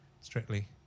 Strictly